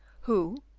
who,